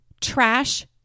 Trash